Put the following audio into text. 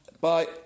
Bye